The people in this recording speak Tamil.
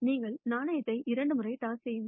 நீங்கள் நாணயத்தை இரண்டு முறை டாஸ் செய்யுங்கள்